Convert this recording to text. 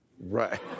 Right